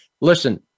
Listen